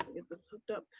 get this hooked up.